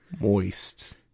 Moist